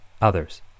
others